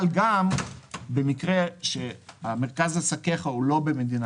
אבל גם במקרה שמרכז עסקיו הוא לא במדינה